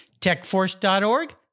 techforce.org